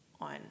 on